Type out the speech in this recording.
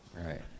right